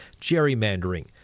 gerrymandering